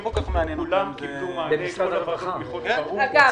כולם קיבלו מענה --- אגב,